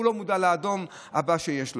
והוא לא מודע לאדום הבא שיש לו.